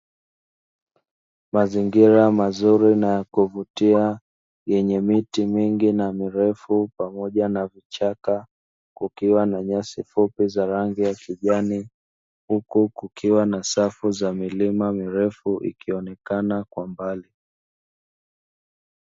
Mazingira mazuri na ya kuvutia yenye miti mingi na mirefu pamoja na vichaka, kukiwa na nyasi fupi za rangi ya kijani huku kukiwa na safu za milima mirefu, ikionekana kwa mbali.